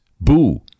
Boo